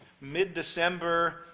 mid-December